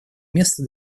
место